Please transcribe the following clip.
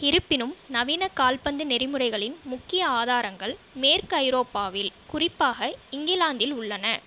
இருப்பினும் நவீன கால்பந்து நெறிமுறைகளின் முக்கிய ஆதாரங்கள் மேற்கு ஐரோப்பாவில் குறிப்பாக இங்கிலாந்தில் உள்ளன